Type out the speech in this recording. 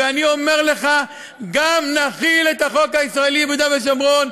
ואני אומר לך שגם נחיל את החוק הישראלי ביהודה ושומרון.